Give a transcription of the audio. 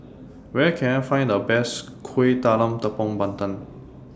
Where Can I Find The Best Kuih Talam Tepong Pandan